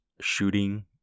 shooting